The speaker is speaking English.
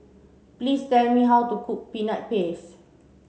please tell me how to cook peanut paste